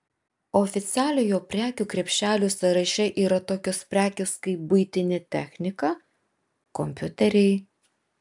oficialiojo prekių krepšelio sąraše yra tokios prekės kaip buitinė technika kompiuteriai